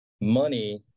money